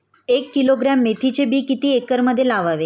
एक किलोग्रॅम मेथीचे बी किती एकरमध्ये लावावे?